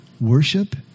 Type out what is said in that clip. worship